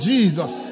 Jesus